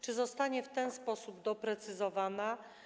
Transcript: Czy zostanie w ten sposób doprecyzowana?